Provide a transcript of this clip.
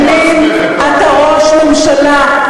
חמש שנים אתה ראש ממשלה,